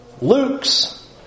Luke's